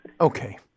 Okay